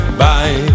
bye